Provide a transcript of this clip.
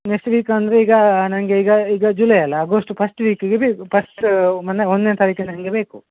next week ಅಂದರೆ ಈಗ ನನಗೆ ಈಗ ಈಗ ಜುಲೈ ಅಲ್ವ ಆಗೋಸ್ತು ಪಸ್ಟ್ ವೀಕಿಗೆ ಬೇಕು ಪಸ್ಟು ಒಂದನೇ ಒಂದನೇ ತಾರೀಖಿನಂಗೆ ಬೇಕು